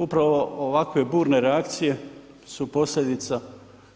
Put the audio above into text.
Upravo ovakve burne reakcije su posljedica